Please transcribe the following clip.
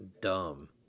dumb